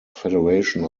federation